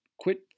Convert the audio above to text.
Quit